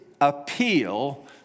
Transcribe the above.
appeal